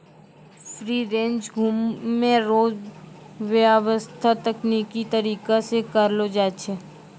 free range घुमै रो व्याबस्था तकनिकी तरीका से करलो जाय छै